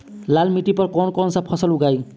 लाल मिट्टी पर कौन कौनसा फसल उगाई?